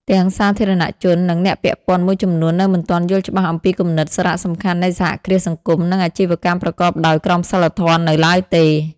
ទាំងសាធារណជន និងអ្នកពាក់ព័ន្ធមួយចំនួននៅមិនទាន់យល់ច្បាស់អំពីគំនិត សារៈសំខាន់នៃសហគ្រាសសង្គម និងអាជីវកម្មប្រកបដោយក្រមសីលធម៌នៅឡើយទេ ។